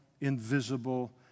invisible